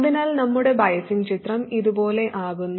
അതിനാൽ നമ്മുടെ ബയാസ്സിങ് ചിത്രം ഇതുപോലെ ആകുന്നു